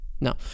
no